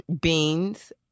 Beans